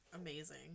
amazing